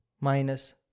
minus